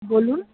বলুন